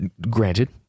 Granted